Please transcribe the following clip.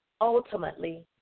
ultimately